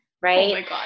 right